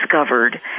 discovered